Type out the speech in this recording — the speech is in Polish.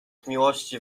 miłości